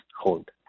hold